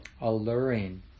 alluring